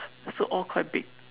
so all quite big